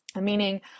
meaning